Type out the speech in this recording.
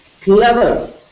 clever